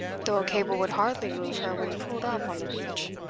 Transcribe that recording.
though a cable would hardly move her when pulled up on the beach.